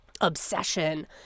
obsession